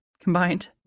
Combined